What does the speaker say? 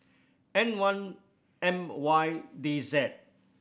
N one M Y D Z